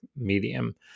medium